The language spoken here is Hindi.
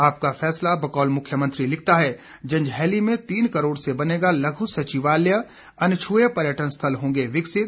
आपका फैसला बकौल मुख्यमंत्री लिखता है जंजैहली में तीन करोड़ से बनेगा लघ्र सचिवालय अनछुए पर्यटन स्थल होंगे विकसित